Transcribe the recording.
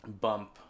bump